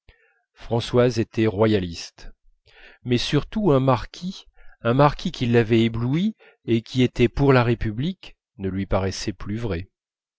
françoise était royaliste mais surtout un marquis un marquis qui l'avait éblouie et qui était pour la république ne lui paraissait plus vrai